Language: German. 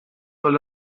soll